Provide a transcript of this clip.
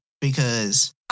because-